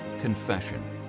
confession